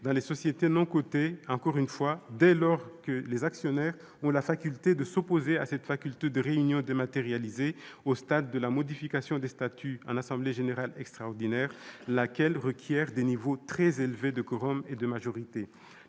dans les sociétés non cotées, dès lors que les actionnaires ont la faculté de s'opposer à la possibilité de réunions dématérialisées au stade de la modification des statuts en assemblée générale extraordinaire, laquelle requiert des niveaux très élevés de quorum et de majorité.